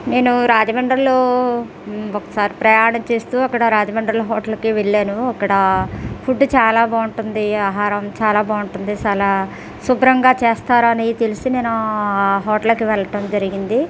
నేను రాజమండ్రిలో ఒకసారి ప్రయాణం చేస్తూ అక్కడ రాజమండ్రిలో హోటల్కి వెళ్ళాను అక్కడ ఫుడ్ చాలా బాగుంటుంది ఆహారం చాలా బాగుంటుంది చాలా శుభ్రంగా చేస్తారని తెలిసి నేను ఆ హోటల్కి వెళ్ళటం జరిగింది